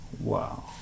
Wow